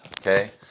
okay